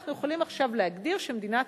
אנחנו יכולים עכשיו להגדיר שמדינת